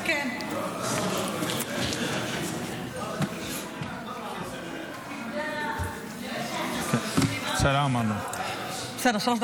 2024, אושרה בקריאה הראשונה ותעבור לדיון, הוועדה